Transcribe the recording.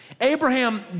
Abraham